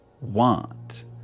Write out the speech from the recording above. want